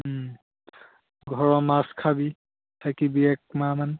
ঘৰৰ মাছ খাবি থাকিবি একমাহমান